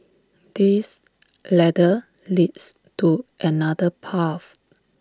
this ladder leads to another path